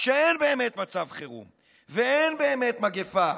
כשאין באמת מצב חירום ואין באמת מגפה.